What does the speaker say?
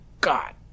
god